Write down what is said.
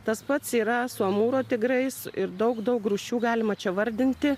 tas pats yra su amūro tigrais ir daug daug rūšių galima čia vardinti